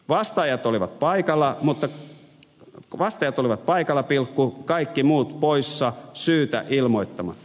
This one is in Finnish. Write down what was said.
vastaajat olivat paikalla kaikki muut poissa syytä ilmoittamatta